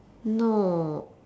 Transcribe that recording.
no